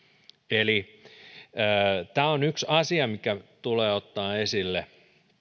eli tämä on yksi asia mikä tulee ottaa esille